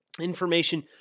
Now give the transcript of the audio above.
information